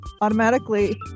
automatically